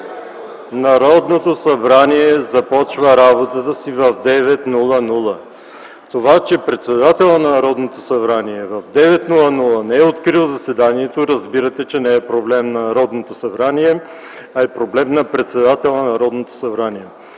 Народното събрание започва работата си в 9,00 ч. Това, че председателят на Народното събрание в 9,00 ч. не е открил заседанието, разбирате, че не е проблем на Народното събрание, а е проблем на председателя на Народното събрание.